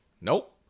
nope